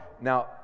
now